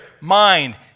mind